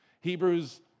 Hebrews